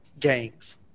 Gangs